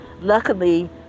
luckily